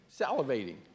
salivating